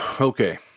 okay